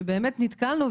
שנתקלנו,